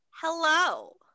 hello